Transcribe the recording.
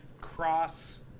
cross